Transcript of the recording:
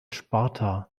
sparta